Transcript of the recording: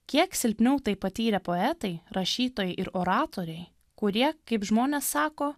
kiek silpniau tai patyrę poetai rašytojai ir oratoriai kurie kaip žmonės sako